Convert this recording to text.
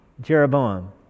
Jeroboam